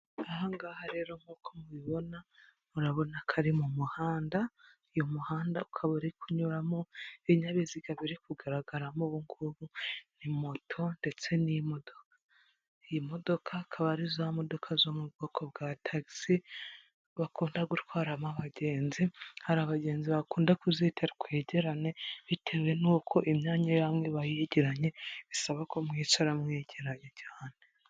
Aha ngaha rero, nk'uko mubibona murabona ko ari mu muhanda, uyu muhanda ukaba uri kunyuramo ibinyabiziga biri kugaragaramo ubu ngubu, ni moto ndetse n'imodoka. Iyi modoka ikaba ari za modoka zo mu bwoko bwa tagisi bakunda gutwaramo abagenzi. Hari abagenzi bakunda kuzita twegerane bitewe n'uko imyanya yayo iba yegeraye bisaba ko mwicara mwegeranye cyane.